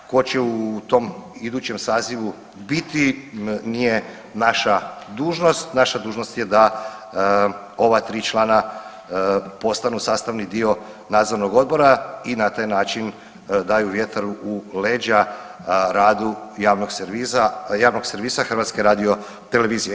Tko će u tom idućem sazivu biti nije naša dužnost, naša dužnost je da ova 3 člana postanu sastavni dio nadzornog odbora i na taj način daju vjetar u leđa radu javnog servisa HRT-a.